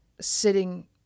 sitting